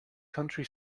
country